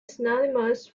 synonymous